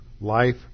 life